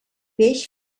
peix